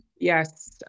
Yes